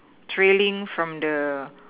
trailing from the